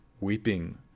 weeping